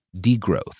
degrowth